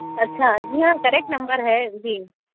اچھا جی ہاں کریکٹ نمبر ہے جی